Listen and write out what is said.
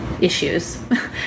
issues